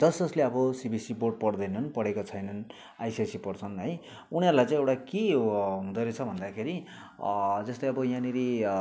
जस जसले अब सिबिएससी बोर्ड पढ्दैनन् पढेका छैनन् आइसिएसई पढ्छन् है उनीहरूलाई चाहिँ एउटा के हँदो रहेछ भन्दाखेरि जस्ते आबो याँनेरी